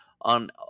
on